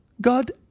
God